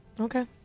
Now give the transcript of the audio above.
okay